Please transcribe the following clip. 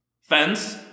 Fence